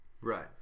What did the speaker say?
Right